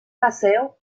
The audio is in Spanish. paseo